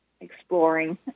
exploring